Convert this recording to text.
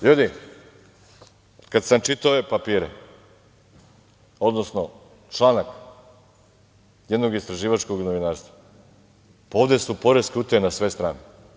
Ljudi, kada sam čitao ove papire, odnosno članak jednog istraživačkog novinarstva, pa ovde su poreske utaje na sve strane.